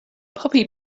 puppy